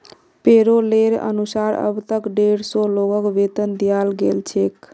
पैरोलेर अनुसार अब तक डेढ़ सौ लोगक वेतन दियाल गेल छेक